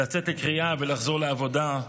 לצאת לקריאה ולחזור לעבודה,